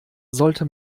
sollte